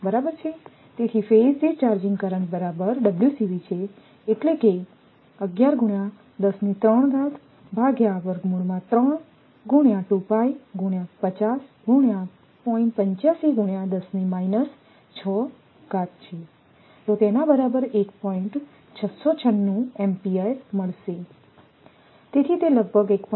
તેથી ફેઝ દીઠ charging current છે એટલે કે તેથી તે લગભગ 1